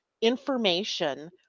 information